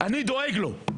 דואג לו.